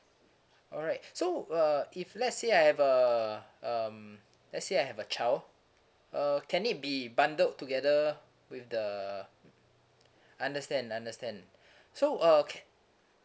alright so uh if let's say I have err um let's say I have a child uh can it be bundled together with the understand understand so uh ca~